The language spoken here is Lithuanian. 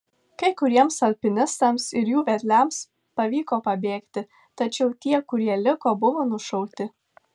kai kuriems alpinistams ir jų vedliams pavyko pabėgti tačiau tie kurie liko buvo nušauti